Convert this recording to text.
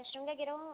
शृङ्गगिरौ